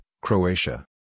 Croatia